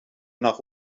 nach